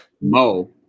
Mo